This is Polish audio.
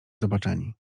zobaczeni